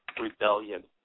Rebellion